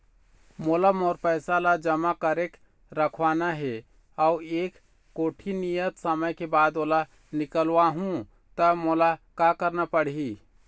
मोला मोर पैसा ला जमा करके रखवाना हे अऊ एक कोठी नियत समय के बाद ओला निकलवा हु ता मोला का करना पड़ही?